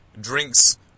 drinks